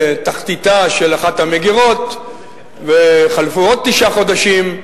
לתחתיתה של אחת המגירות וחלפו עוד תשעה חודשים.